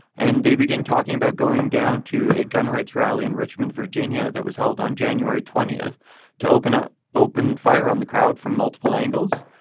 and they begin talking about going down to a gun rights rally in richmond, virginia, that was held on january twentieth to open up. open fire on the crowd from multiple angles.